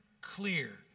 clear